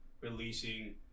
releasing